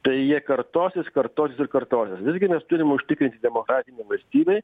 tai jie kartosis kartosis ir kartosis visgi mes turim užtikrinti demokratinėj valstybėj